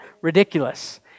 ridiculous